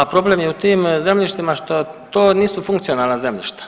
Ma problem je tim zemljištima što to nisu funkcionalna zemljišta.